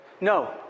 No